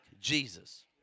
Jesus